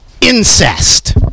incest